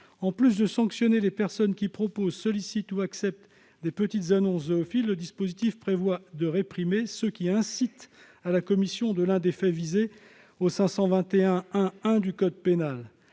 En plus de sanctionner les personnes qui proposent, sollicitent ou acceptent des petites annonces zoophiles, le dispositif prévoit de réprimer ceux qui incitent à la commission de l'un des faits visés au futur article 521-1-1 du code pénal.